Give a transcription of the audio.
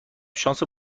شانس